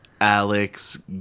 Alex